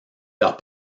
leurs